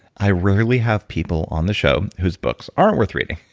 i really have people on the show whose books aren't worth reading.